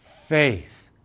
faith